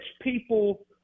people